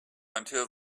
until